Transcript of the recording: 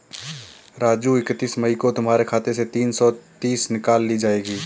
राजू इकतीस मई को तुम्हारे खाते से तीन सौ तीस निकाल ली जाएगी